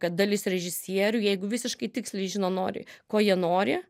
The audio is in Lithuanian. kad dalis režisierių jeigu visiškai tiksliai žino nori ko jie nori